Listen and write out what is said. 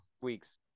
weeks